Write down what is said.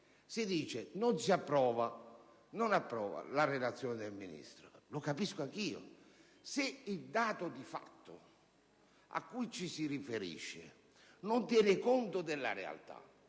si afferma che non si approva la relazione del Ministro. Lo capisco anch'io, se il dato di fatto a cui ci si riferisce non tiene conto della realtà